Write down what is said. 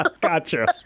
gotcha